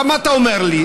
עכשיו, מה אתה אומר לי?